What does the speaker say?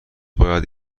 باید